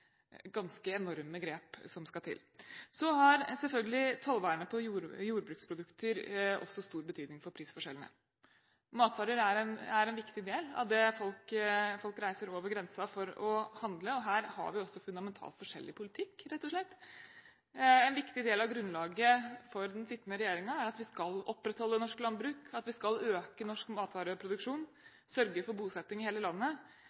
enorme grep. Så har selvfølgelig tollvernet på jordbruksprodukter også stor betydning for prisforskjellene. Matvarer er en viktig del av det folk reiser over grensen for å handle. Her har vi fundamentalt forskjellig politikk, rett og slett. En viktig del av grunnlaget for den sittende regjeringen er at vi skal opprettholde norsk landbruk, at vi skal øke norsk matvareproduksjon og sørge for bosetting i hele landet.